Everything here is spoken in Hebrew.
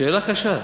שאלה קשה.